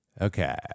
Okay